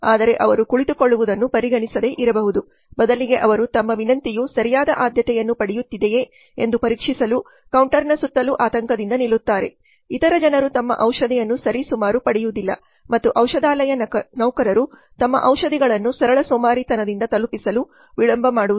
ಆದರೆ ಅವರು ಕುಳಿತುಕೊಳ್ಳುವುದನ್ನು ಪರಿಗಣಿಸದೆ ಇರಬಹುದು ಬದಲಿಗೆ ಅವರು ತಮ್ಮ ವಿನಂತಿಯು ಸರಿಯಾದ ಆದ್ಯತೆಯನ್ನು ಪಡೆಯುತ್ತ್ತಿದೆಯೇ ಎಂದು ಪರೀಕ್ಷಿಸಲು ಕೌಂಟರ್ನ ಸುತ್ತಲೂ ಆತಂಕದಿಂದ ನಿಲ್ಲುತ್ತಾರೆ ಇತರ ಜನರು ತಮ್ಮ ಔಷಧಿಯನ್ನು ಸರಿಸುಮಾರು ಪಡೆಯುವುದಿಲ್ಲ ಮತ್ತು ಔಷಧಾಲಯ ನೌಕರರು ತಮ್ಮ ಔಷಧಿಗಳನ್ನು ಸರಳ ಸೋಮಾರಿತನದಿಂದ ತಲುಪಿಸಲು ವಿಳಂಬ ಮಾಡುವುದಿಲ್ಲ